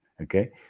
okay